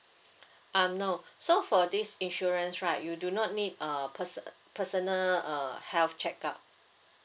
um no so for this insurance right you do not need a perso~ personal uh health checkup